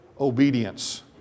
obedience